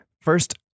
First